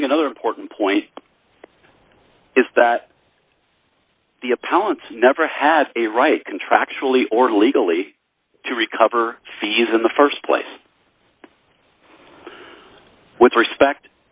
i think another important point is that the appellant never had a right contractually or legally to recover fees in the st place with respect